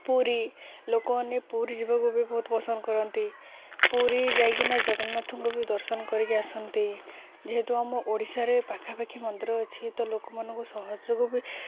ପୁରୀ ଲୋକମାନେ ପୁରୀ ଯିବାକୁ ବି ବହୁତ ପସନ୍ଦ କରନ୍ତି ପୁରୀ ଯାଇକିନା ଜଗନ୍ନାଥଙ୍କୁ ବି ଦର୍ଶନ କରିକି ଆସନ୍ତି ଯେହେତୁ ଆମ ଓଡ଼ିଶାରେ ପାଖାପାଖି ମନ୍ଦିର ଅଛି ତ ଲୋକମାନଙ୍କୁ ସହଜକୁ ବି